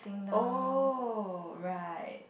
oh right